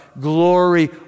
glory